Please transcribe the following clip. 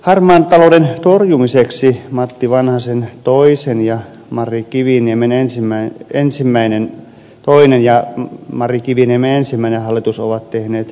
harmaan talouden torjumiseksi matti vanhasen toisen ja mari kiviniemen ensimmäinen ensimmäinen toinen ja mari kiviniemen ensimmäinen hallitus ovat tehneet päättäväistä työtä